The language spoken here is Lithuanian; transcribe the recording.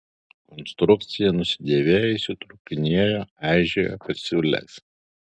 konstrukcija nusidėvėjusi trūkinėjo eižėjo per siūles